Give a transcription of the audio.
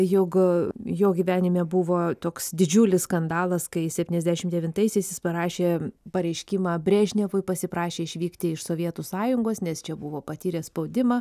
juk jo gyvenime buvo toks didžiulis skandalas kai septyniasdešim devintaisiais jis parašė pareiškimą brežnevui pasiprašė išvykti iš sovietų sąjungos nes čia buvo patyręs spaudimą